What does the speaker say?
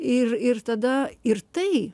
ir ir tada ir tai